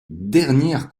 dernière